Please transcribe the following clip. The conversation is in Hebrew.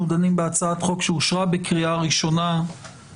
דנים בהצעת חוק שאושרה בקריאה ראשונה,